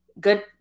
Good